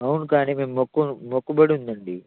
అవును కానీ మేము మొక్కు మొక్కుబడి ఉందండి